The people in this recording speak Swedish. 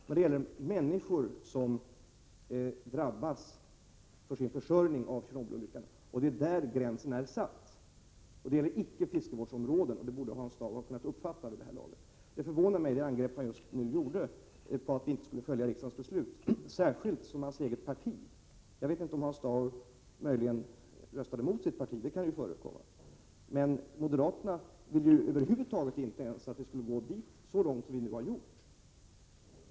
Det rör sig om människor som beträffande sin försörjning har drabbats av Tjernobylolyckan, och det är där gränsen är satt. Detta gäller icke fiskevårdsområden, vilket Hans Dau borde ha kunnat uppfatta vid det här laget. Det angrepp som Hans Dau just nu gjorde när han påstod att vi inte skulle följa riksdagens beslut förvånar mig, särskilt som hans eget parti — jag vet inte om Hans Dau möjligen röstade emot sitt parti, vilket ju kan förekomma — inte ens ville gå så långt som vi nu har gjort.